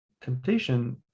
temptation